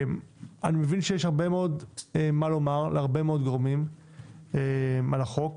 אני מבין שיש הרבה מאוד מה לומר להרבה מאוד גורמים על החוק,